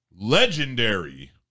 legendary